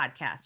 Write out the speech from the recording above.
podcast